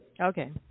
Okay